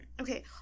Okay